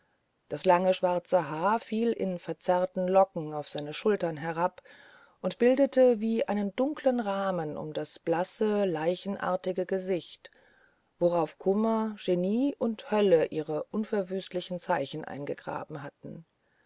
das lange schwarze haar fiel in verzerrten locken auf seine schulter herab und bildete wie einen dunklen rahmen um das blasse leichenartige gesicht worauf kummer genie und hölle ihre unverwüstlichen zeichen eingegraben hatten